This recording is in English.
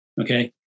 Okay